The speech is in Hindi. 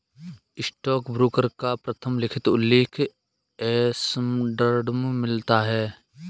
स्टॉकब्रोकर का प्रथम लिखित उल्लेख एम्स्टर्डम में मिलता है